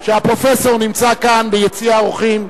והפרופסור נמצא כאן ביציע האורחים,